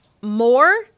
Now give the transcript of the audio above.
more